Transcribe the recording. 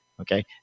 Okay